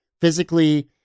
physically